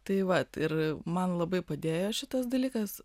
tai vat ir man labai padėjo šitas dalykas